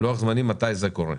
מתי זה קורה.